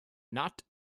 not